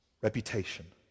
Reputation